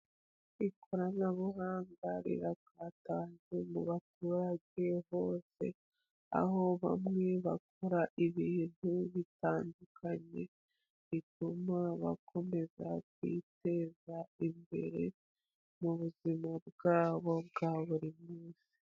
Ikoranabuhanga rirakataje mu baturage bose, aho bamwe bakora ibintu bitandukanye bituma bakomeza kwiteza imbere, mu buzima bwabo bwa buri munsi.